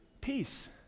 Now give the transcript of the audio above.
Peace